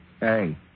Hey